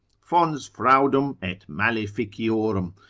fons fraudum et maleficiorum,